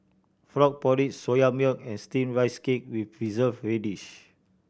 frog porridge Soya Milk and Steamed Rice Cake with Preserved Radish